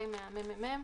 מהממ"מ.